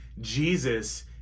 Jesus